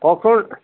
কওকচোন